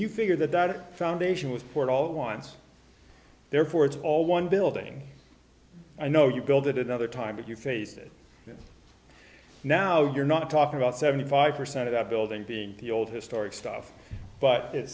you figure that out a foundation was poured all at once therefore it's all one building i know you build it another time but you faced it now you're not talking about seventy five percent of that building being the old historic stuff but it's